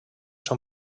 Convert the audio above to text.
són